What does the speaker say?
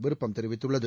விரும்பம் தெரிவித்துள்ளது